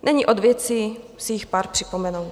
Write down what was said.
Není od věci si jich pár připomenout.